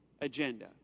agenda